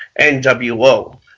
NWO